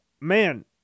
Man